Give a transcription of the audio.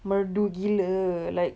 merdu gila like